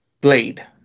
Blade